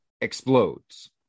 explodes